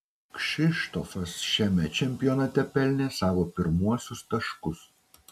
kšištofas šiame čempionate pelnė savo pirmuosius taškus